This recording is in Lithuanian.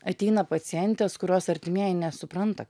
ateina pacientės kurios artimieji nesupranta